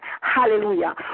hallelujah